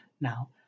Now